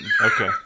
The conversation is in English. Okay